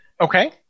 Okay